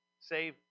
save